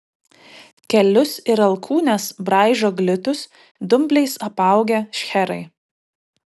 kelius ir alkūnes braižo glitūs dumbliais apaugę šcherai